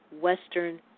western